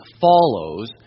follows